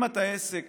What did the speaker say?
אם אתה עסק